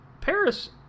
Paris